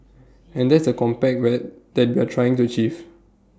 and that's the compact wet that we're trying to achieve